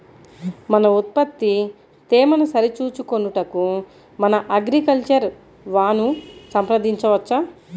మన ఉత్పత్తి తేమను సరిచూచుకొనుటకు మన అగ్రికల్చర్ వా ను సంప్రదించవచ్చా?